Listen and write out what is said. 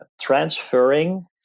transferring